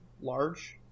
large